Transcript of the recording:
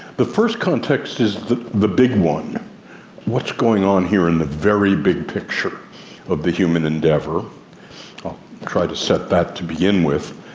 the first context is the the big one what's going on here in the very big picture of the human endeavour i'll try to set that to begin with.